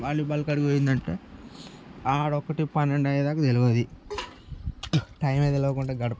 volleyball కాడకి పోయిందంటే అక్కడొకటి పన్నెండు అయ్యేదాకా తెలవదు టైమే తెల్వకుండా గడుపుతాం